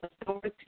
authority